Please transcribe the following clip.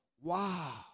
Wow